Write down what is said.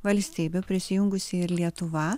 valstybių prisijungusi ir lietuva